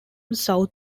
south